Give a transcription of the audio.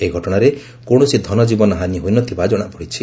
ଏହି ଘଟଣାରେ କୌଣସି ଧନଜୀବନ ହାନୀ ହୋଇନଥିବା କଣାପଡ଼ିଛି